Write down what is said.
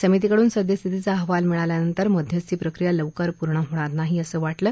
समितीकडून सद्यस्थितीचा अहवाल मिळाल्यानंतर मध्यस्थी प्रक्रिया लवकर पूर्ण होणार नाही असं वाटलं